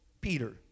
Peter